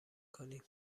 کنیم